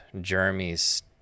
Jeremy's